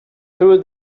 through